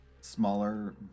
smaller